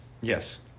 Yes